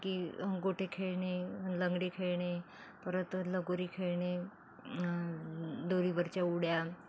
की गोटे खेळणे लंगडी खेळणे परत लगोरी खेळणे दोरीवरच्या उड्या